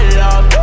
love